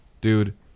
dude